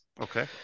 Okay